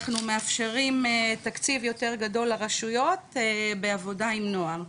אנחנו מאפשרים תקציב יותר גדול לרשויות בעבודה עם נוער.